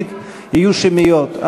רביעית יהיו שמיות.